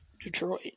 Detroit